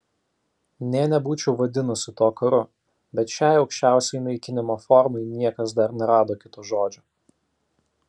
nė nebūčiau vadinusi to karu bet šiai aukščiausiai naikinimo formai niekas dar nerado kito žodžio